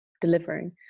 delivering